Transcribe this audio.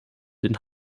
den